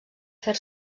fer